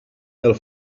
pel